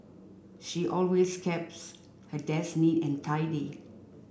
she always keeps her desk neat and tidy